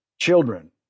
children